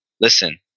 listen